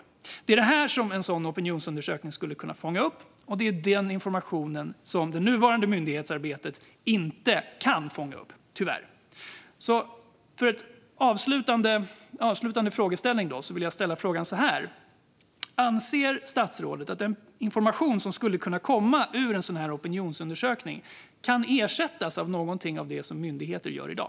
Det är det här som en sådan opinionsundersökning skulle kunna fånga upp, och det är den informationen som det nuvarande myndighetsarbetet tyvärr inte kan fånga upp. Jag vill avslutningsvis ställa frågan så här: Anser statsrådet att den information som skulle kunna komma ur en sådan här opinionsundersökning kan ersättas av någonting av det som myndigheter gör i dag?